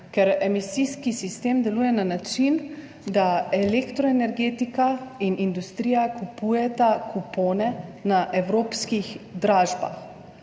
Ker emisijski sistem deluje na način, da elektroenergetika in industrija kupujeta kupone na evropskih dražbah.